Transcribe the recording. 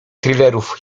thrillerów